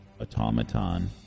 automaton